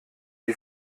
die